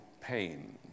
pain